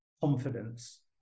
confidence